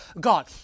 God